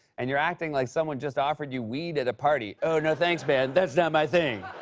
and you're acting like someone just offered you weed at a party. oh, no thanks, man. that's not my thing.